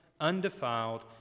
undefiled